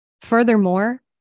Furthermore